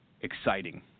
exciting